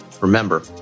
Remember